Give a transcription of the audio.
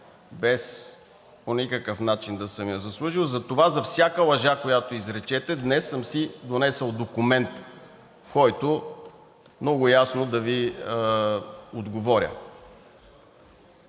без по никакъв начин да съм я заслужил и затова за всяка лъжа, която изречете днес, съм си донесъл документ, с който много ясно да Ви отговоря.